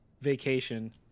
vacation